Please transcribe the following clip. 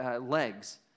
legs